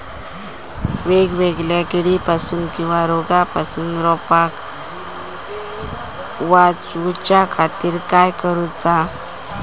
वेगवेगल्या किडीपासून किवा रोगापासून रोपाक वाचउच्या खातीर काय करूचा?